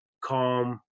calm